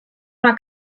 una